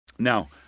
Now